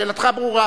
שאלתך ברורה.